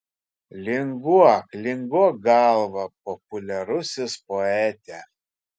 linguok linguok galva populiarusis poete